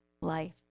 life